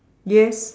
yes